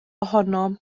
ohonom